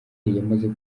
yamaze